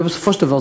לא בסופו של דבר,